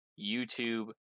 YouTube